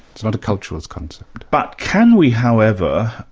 it's not a culturalist concept. but can we however,